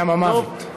ים המוות.